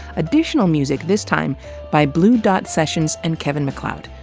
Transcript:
additional music this time by blue dot sessions and kevin macleod.